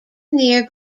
near